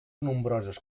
nombroses